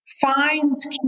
finds